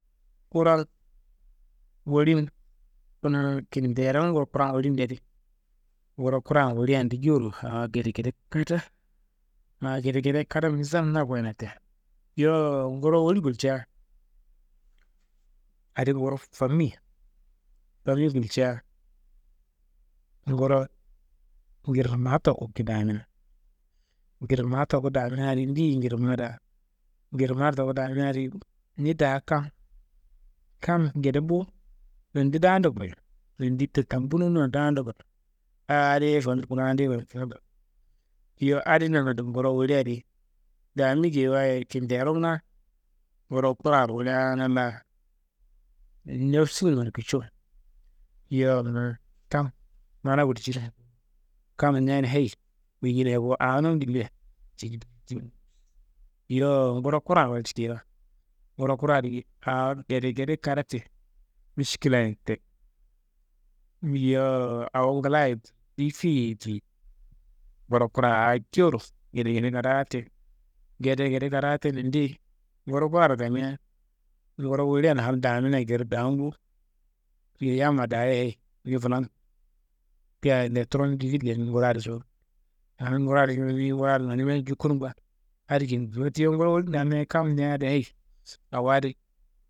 Kura n woli n, kuna kinderongu kura n woli nde adi, nguro kura n woli n di jewuro aa gedegede kadaa, aa gedegede kadaa nizam na koyina te. Yowo nguro woli wulca adi nguro famiye, fami gulca guro njirinumaá toku kidamina, njirinumaá toku damina di deyi njirininumaá daa? Njirinumaá toku damina di ni daa kam, kam ngede bo, nondi daando kreyo, nondi tutambinona daando kreyo, aa adi- ye fami kura, adi- ye fami kowonda, yowo adi nangando nguro woli adi dami geyiwaye kinderomnga nguro kuraro woleana laa nefsunummaro kici wo. Yowo kam mana gulji, kammi ni adi heyi guljina ye bo, awonum dimia. Yowo nguro kuraro walji geyiwa, nguro kura di awo gedegede kadaa te, miškila ye te, yowo awo ngla ye, difi ye diye, ngura kura aa jowuro gedegede kadaa te, gedegede kadaa tena ndeyi, nguro kuraro gamia, nguro wolian hal damina geyiro daam bo, yeyi yamma daayiye heyi ni flan, caye letrom difi lenimi ngura di curon, aaha ngura di ngura adi nonimia jukunumba adi geyimi. Wote yim nguro wolin damiaye kam ni addo hayi awo adi.